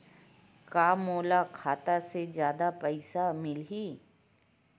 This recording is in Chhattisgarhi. का मोला खाता से जादा पईसा मिलही?